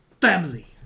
family